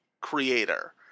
creator